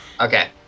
Okay